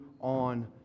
on